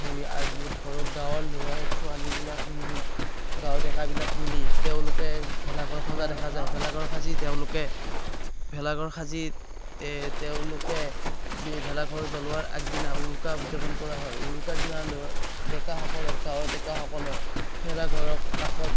হেৰি আগ ঘৰৰ গাঁৱৰ ল'ৰা ছোৱালীবিলাক মিলি গাঁৱৰ ডেকাবিলাক মিলি তেওঁলোকে ভেলাঘৰ সজা দেখা যায় ভেলাঘৰ সাজি তেওঁলোকে ভেলাঘৰ সাজি তেওঁলোকে ভেলাঘৰ জ্বলোৱাৰ আগদিনা উৰুকা উদযাপন কৰা হয় উৰুকাৰ দিনা ল'ৰা ডেকাসকলে গাঁৱৰ ডেকাসকলে ভেলাঘৰৰ কাষত